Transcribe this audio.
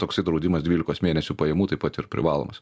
toksai draudimas dvylikos mėnesių pajamų taip pat ir privalomas